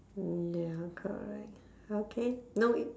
mm ya correct okay know it